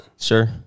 Sure